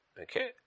Okay